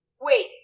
Wait